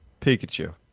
Pikachu